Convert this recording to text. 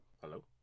Hello